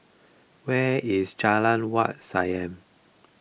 where is Jalan Wat Siam